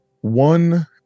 One